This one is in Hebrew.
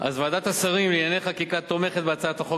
אז ועדת השרים לענייני חקיקה תומכת בהצעת החוק